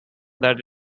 that